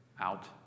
out